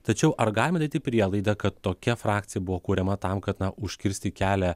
tačiau ar galima daryti prielaidą kad tokia frakcija buvo kuriama tam kad užkirsti kelią